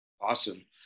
Awesome